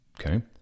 Okay